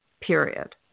period